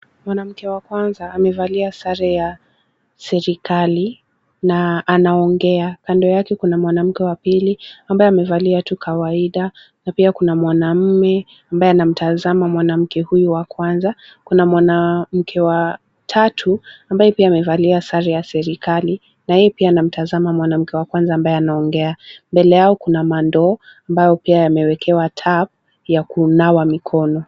Mwanamke wa kwanza amevalia sare ya serikali na anaongea, kando yake kuna mwanamke wa pili ambaye amevalia tu kawaida, na pia kuna mwanamume ambaye anamtazama mwanamke huyu wa kwanza, kuna mwanamke wa tatu ambaye pia amevalia sare ya serikali na yeye pia anamtazama mwanamke wa kwanza ambaye anaongea. Mbele yao kuna mandoo ambayo pia yamewekewa tap ya kunawa mikono.